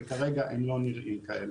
וכרגע הם לא נראים כאלה.